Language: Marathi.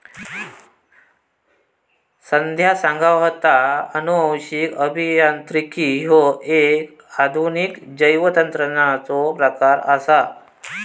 संध्या सांगा होता, अनुवांशिक अभियांत्रिकी ह्यो एक आधुनिक जैवतंत्रज्ञानाचो प्रकार आसा